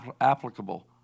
applicable